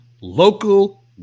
local